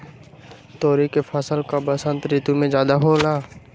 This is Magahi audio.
तोरी के फसल का बसंत ऋतु में ज्यादा होला?